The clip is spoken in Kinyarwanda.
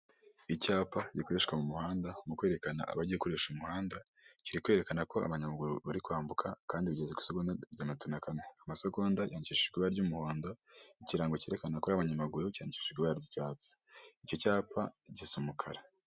Mu nzu y'ubwiteganyirize mu kwivuza ya ara esi esibi hicayemo abantu benshi batandukanye, higanjemo abakozi b'iki kigo ndetse n'abaturage baje kwaka serivise.